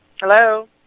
Hello